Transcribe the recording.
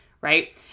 Right